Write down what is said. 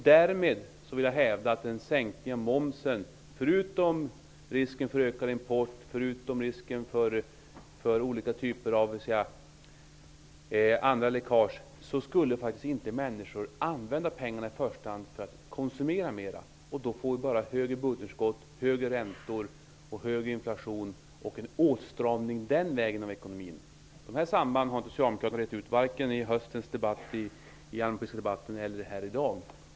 Därmed vill jag hävda att en sänkning av momsen -- förutom att det innebär en risk för ökad import och olika typer av läckage -- inte skulle leda till att människor i första hand använde pengarna till att konsumera mera. Det skulle bara leda till högre budgetunderskott, högre räntor, högre inflation och en åstramning av ekonomin den vägen. Socialdemokraterna har inte rett ut de sambanden, vare sig i den allmänpolitiska debatten i höstas eller i debatten här i dag.